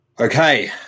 Okay